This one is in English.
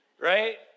right